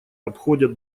обходят